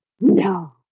No